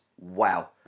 Wow